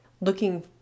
looking